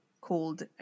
called